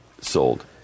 sold